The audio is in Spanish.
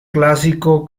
clásico